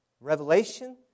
Revelation